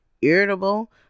irritable